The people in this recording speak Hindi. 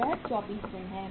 यह 24 दिन है